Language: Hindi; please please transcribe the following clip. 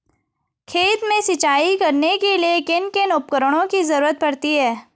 खेत में सिंचाई करने के लिए किन किन उपकरणों की जरूरत पड़ती है?